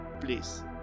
Please